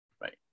Right